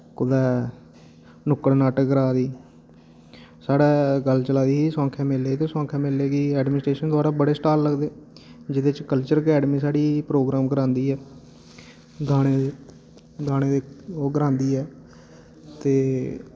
कुतै नुक्कड़ नाटक करा दी साढ़ै गल्ल चला दी ही सोआंखे मेले दी ते सोआंखे मेले गी एडमनिस्ट्रेशन द्वारा बड़े स्टाल लगदे जेह्दे च कल्चर अकैडमी साढ़ी प्रोग्राम करांदी ऐ गाने दे गाने दे ओह् करांदी ऐ ते